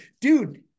dude